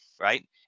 right